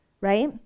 right